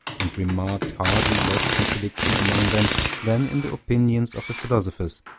and remarked hardly less contradiction among them than in the opinions of the philosophers.